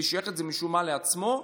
ושייך את זה משום-מה לעצמו,